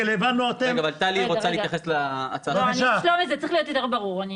שלומי, זה צריך להיות יותר ברור.